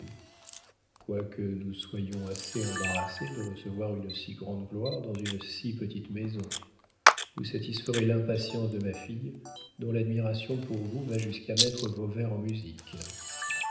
quoique nous soyons assez embarrassés de recevoir une si grande gloire dans une si petite maison vous satisferez l'impatience de ma fille dont l'admiration pour vous va jusqu'à mettre vos vers en musique